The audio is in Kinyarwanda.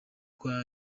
kwa